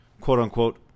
Quote-unquote